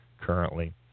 currently